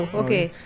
okay